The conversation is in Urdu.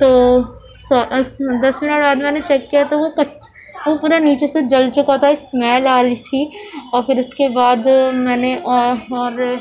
تو دس منٹ بعد میں نے چیک کیا تو وہ وہ پورا نیچے سے جل چکا تھا اسمیل آ رہی تھی اور پھر اس کے بعد میں نے اور